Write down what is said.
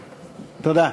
תודה.